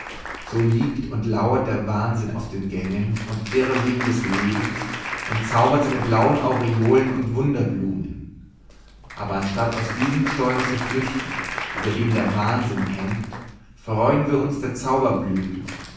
so liegt und lauert der wahnsinn auf den gängen und irrwegen des lebens und zaubert seine blauen aureolen und wunderblumen aber anstatt aus diesem stollen zu flüchten über dem der wahnsinn hängt freuen wir uns der